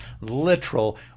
literal